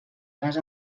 cas